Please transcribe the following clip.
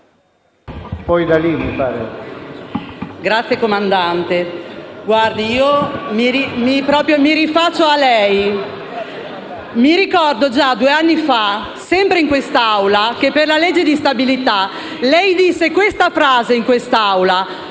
Grazie Comandante! Mi rifaccio a lei: mi ricordo che due anni fa, sempre in quest'Aula, per la legge di stabilità lei disse questa frase: «Adesso